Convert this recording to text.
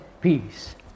peace